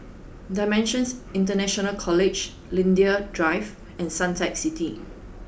Dimensions International College Linden Drive and Suntec City